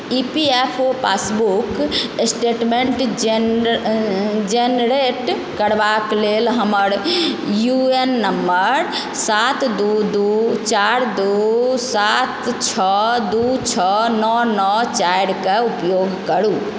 ई P F O passbook statement generate करबाक लेल हमर यू ए एन नंबर सात दू दू चारि दू सात छओ दू छओ नओ नओ चारि के उपयोग करू